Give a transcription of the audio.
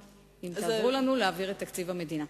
אם תעזרו לנו להעביר את תקציב המדינה.